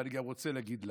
ואני גם רוצה להגיד למה.